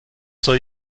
soll